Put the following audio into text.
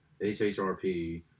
HHRP